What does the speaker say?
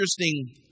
interesting